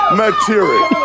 material